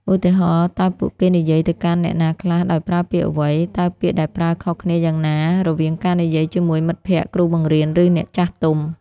ឧទាហរណ៍ តើពួកគេនិយាយទៅកាន់អ្នកណាខ្លះ ដោយប្រើពាក្យអ្វី? តើពាក្យដែលប្រើខុសគ្នាយ៉ាងណា រវាងការនិយាយជាមួយមិត្តភក្ដិ គ្រូបង្រៀន ឬអ្នកចាស់ទុំ?